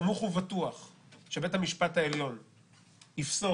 סמוך ובטוח שבית המשפט העליון יפסוק,